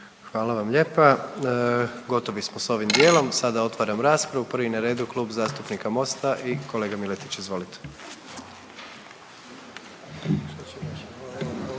Hvala vam lijepa. Gotovi smo sa ovim dijelom, sada otvaram raspravu, prvi na redu je Klub zastupnika Mosta i kolega Miletić, izvolite.